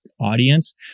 audience